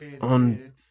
on